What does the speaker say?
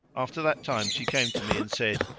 after that time she came to me and said,